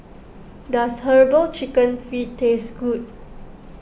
does Herbal Chicken Feet taste good